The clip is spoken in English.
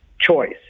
choice